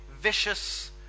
vicious